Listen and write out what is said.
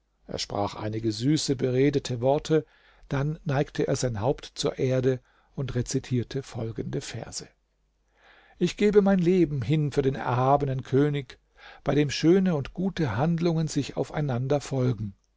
er sprach einige süße beredete worte dann neigte er sein haupt zur erde und rezitierte folgende verse ich gebe mein leben hin für den erhabenen könig bei dem schöne und gute handlungen sich aufeinander folgen